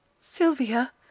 Sylvia